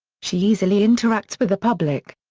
she easily interacts with the public.